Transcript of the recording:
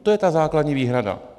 To je ta základní výhrada.